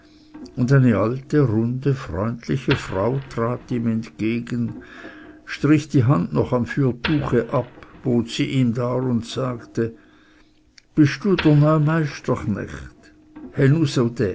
und eine alte runde freundliche frau trat ihm entgegen strich die hand noch am fürtuche ab bot ihm sie dar und sagte bist du dr neu meisterknecht